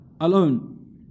alone